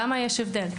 למה יש הבדל?